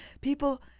People